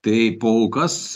tai polkas